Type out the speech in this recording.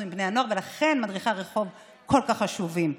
ולכן מדריכי הרחוב כל כך חשובים.